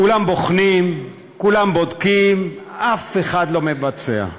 כולם בוחנים, כולם בודקים, אף אחד לא מבצע.